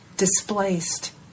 displaced